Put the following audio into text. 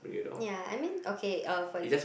ya I mean okay uh for it